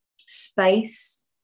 space